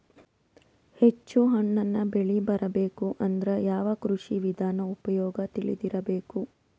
ಹೆಚ್ಚು ಹಣ್ಣನ್ನ ಬೆಳಿ ಬರಬೇಕು ಅಂದ್ರ ಯಾವ ಕೃಷಿ ವಿಧಾನ ಉಪಯೋಗ ತಿಳಿದಿರಬೇಕು?